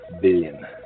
Billion